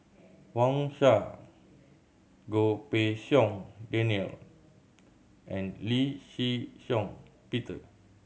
Wang Sha Goh Pei Siong Daniel and Lee Shih Shiong Peter